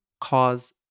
cause